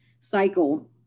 cycle